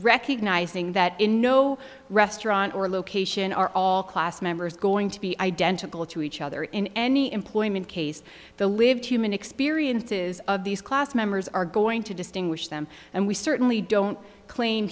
recognizing that in no restaurant or location are all class members going to be identical to each other in any employment case the live human experiences of these class members are going to distinguish them and we certainly don't claim